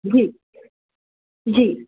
जी जी